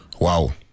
wow